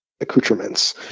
accoutrements